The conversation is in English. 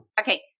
Okay